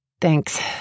Thanks